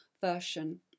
Version